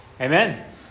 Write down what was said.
Amen